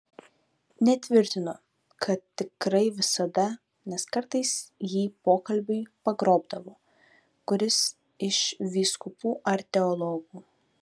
netvirtinu kad tikrai visada nes kartais jį pokalbiui pagrobdavo kuris iš vyskupų ar teologų